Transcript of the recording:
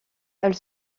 elle